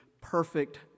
perfect